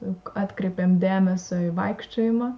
atkreipėme dėmesio į vaikščiojimą